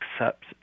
accept